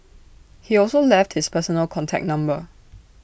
he also left his personal contact number